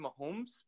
Mahomes